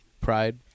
Pride